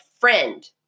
friend